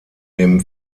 dem